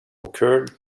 occurred